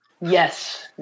Yes